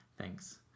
Thanks